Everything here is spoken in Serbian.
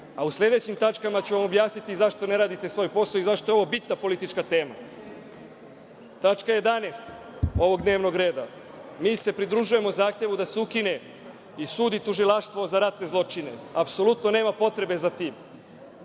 U sledećim tačkama ću vam objasniti zašto ne radite svoj posao i zašto je ovo bitna politička tema. Tačka 11. ovog dnevnog reda, pridružujemo se zahtevu da se ukine i Sud i Tužilaštvo za ratne zločine. Apsolutno nema potrebe za tim.